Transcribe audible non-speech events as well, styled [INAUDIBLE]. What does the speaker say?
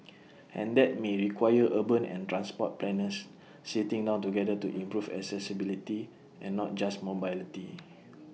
[NOISE] and that may require urban and transport planners sitting down together to improve accessibility and not just mobility